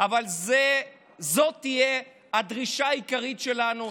אבל זאת תהיה הדרישה העיקרית שלנו.